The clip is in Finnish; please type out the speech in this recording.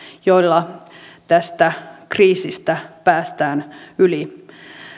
joilla tästä kriisistä päästään yli